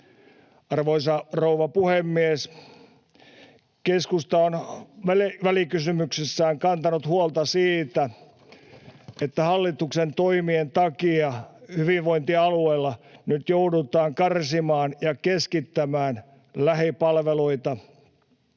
Arvoisa rouva puhemies! Keskusta on välikysymyksessään kantanut huolta siitä, että hallituksen toimien takia hyvinvointialueilla nyt joudutaan karsimaan ja keskittämään lähipalveluita.